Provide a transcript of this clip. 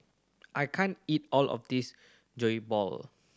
I can't eat all of this Jokbal